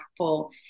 impactful